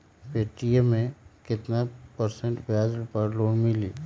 Paytm मे केतना percent ब्याज पर लोन मिली?